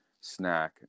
snack